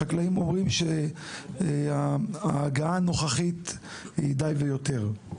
החקלאים אומרים שההגעה הנוכחית היא די והותר.